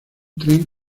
tren